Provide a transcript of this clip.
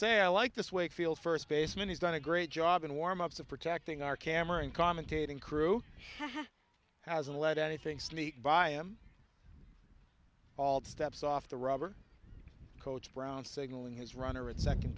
say i like this wakefield first baseman he's done a great job in warmups of protecting our camera and commentating crew hasn't let anything sneak by him all the steps off the rubber coach brown signaling his runner at second